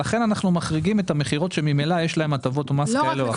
לכן אנחנו מחריגים את המכירות שממילא יש להן הטבות מס כאלה או אחרות.